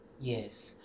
Yes